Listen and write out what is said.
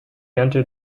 entered